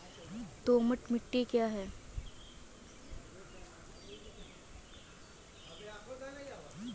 दोमट मिट्टी क्या है?